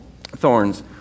thorns